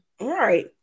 Right